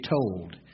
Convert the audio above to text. told